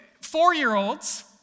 four-year-olds